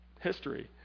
history